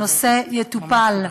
הנושא יטופל.